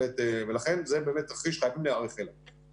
ולכן זה באמת תרחיש שחייבים להיערך אליו.